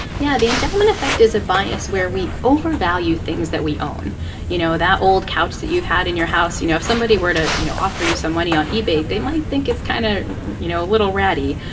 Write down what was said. yeah. the endowment effect is a bias where we overvalue things that we own you know, that old couch that you've had in your house. you know, if somebody were to, you know, offer you some money on ebay, they might think it's kind of you know, a little ratty.